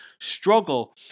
struggle